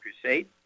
Crusade